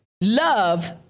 love